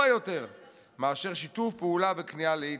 יותר מאשר שיתוף פעולה וכניעה להיטלר.